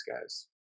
guy's –